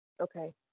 Okay